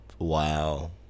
Wow